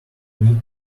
need